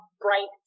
bright